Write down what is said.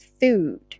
food